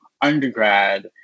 undergrad